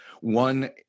one